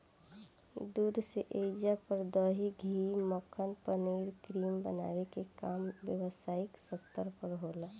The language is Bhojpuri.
दूध से ऐइजा पर दही, घीव, मक्खन, पनीर, क्रीम बनावे के काम व्यवसायिक स्तर पर होला